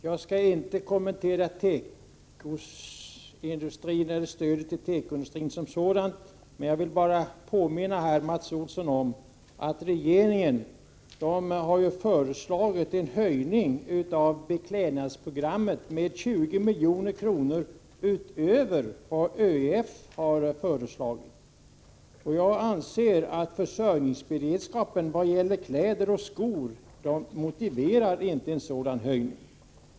Fru talman! Jag skall inte kommentera stödet till tekoindustrin som sådant. Jag vill bara påminna Mats Olsson om att regeringen har i programmet för beklädnad föreslagit en höjning med 20 miljoner utöver vad ÖEF har föreslagit. Jag anser att försörjningsberedskapen i vad gäller kläder och skor inte motiverar en sådan höjning.